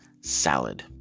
Salad